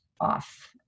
off